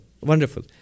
wonderful